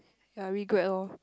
ya regret loh